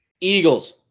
Eagles